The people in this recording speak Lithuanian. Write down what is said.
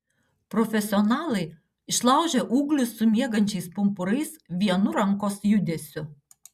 profesionalai išlaužia ūglius su miegančiais pumpurais vienu rankos judesiu